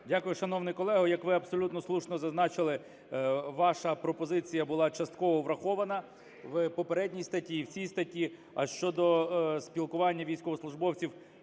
Дякую, шановний колего. Як ви абсолютно слушно зазначили, ваша пропозиція була частково врахована в попередній статті і в цій статті.